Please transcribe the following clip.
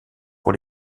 pour